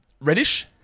Reddish